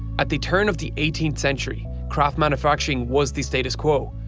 at the turn of the eighteenth century craft manufacturing was the status quo.